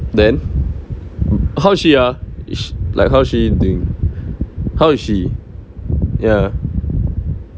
then how's she ah is like how's she doing how's she ya